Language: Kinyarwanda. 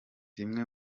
zimwe